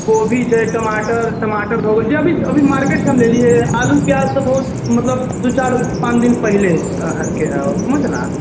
कोबी छै टमाटर टमाटर रोज अभी जे अभी मार्केटसँ लेलिए आलू प्याज तऽ रोज मतलब दू चारि पाँच दिन पहिलेके हइ समझलऽ